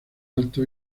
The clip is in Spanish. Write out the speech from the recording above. alto